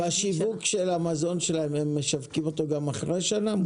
בשיווק של המזון שלהם הם משווקים אותו גם אחרי שנה?